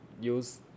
use